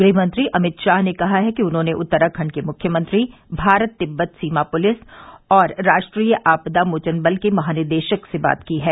गृहमंत्री अमित शाह ने कहा है कि उन्होंने उत्तराखंड के मुख्यमंत्री भारत तिब्बत सीमा पुलिस और राष्ट्रीय आपदा मोचन बल के महानिदेशक से बात की है